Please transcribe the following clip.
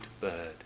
bird